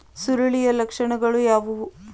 ಸುರುಳಿಯ ಲಕ್ಷಣಗಳು ಯಾವುವು?